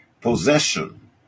Possession